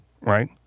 right